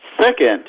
Second